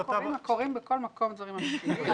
קורים בכל מקום דברים אמיתיים.